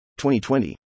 2020